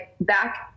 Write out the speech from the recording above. back